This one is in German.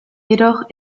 jedoch